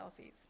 selfies